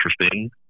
interesting